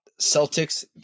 Celtics